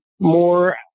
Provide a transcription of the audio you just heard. more